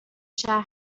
شهر